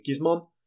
Gizmon